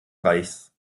reichs